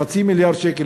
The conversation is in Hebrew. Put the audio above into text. חצי מיליארד שקל,